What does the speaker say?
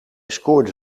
scoorde